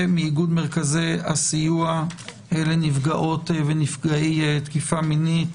ומאיגוד מרכזי הסיוע לנפגעות ונפגעי תקיפה מינית